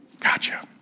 Gotcha